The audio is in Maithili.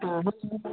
हँ हँ